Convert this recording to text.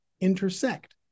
intersect